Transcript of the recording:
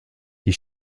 die